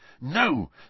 No